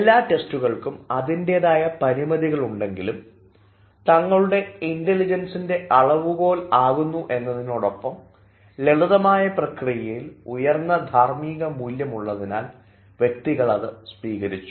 എല്ലാ ടെസ്റ്റുകൾക്കും അതിൻറെതായ പരിമിതികൾ ഉണ്ടെങ്കിലും തങ്ങളുടെ ഇൻറലിജൻസ്ൻറെ അളവുകോൽ ആകുന്നു എന്നതിനോടൊപ്പം ലളിതമായ പ്രക്രിയയിൽ ഉയർന്ന ധാർമ്മിക മൂല്യം ഉള്ളതിനാൽ വ്യക്തികൾ അത് സ്വീകരിച്ചു